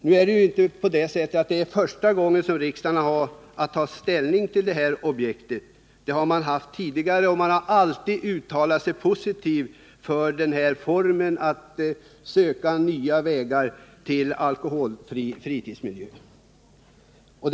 Det är nu inte första gången som riksdagen har att ta ställning till detta projekt, utan det har man gjort tidigare. Man har även då alltid uttalat sig positivt för att pröva dessa nya vägar till en alkoholfri fritidsmiljö för ungdomen.